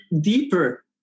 deeper